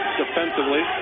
defensively